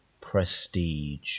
Prestige